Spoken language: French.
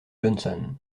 johnson